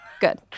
Good